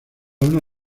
una